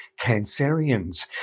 Cancerians